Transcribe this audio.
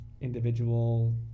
individual